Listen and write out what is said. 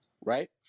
right